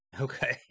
Okay